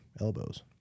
elbows